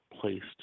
placed